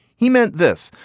he meant this.